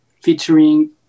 featuring